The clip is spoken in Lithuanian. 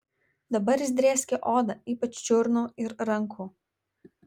dabar jis drėskė odą ypač čiurnų ir rankų